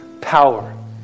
power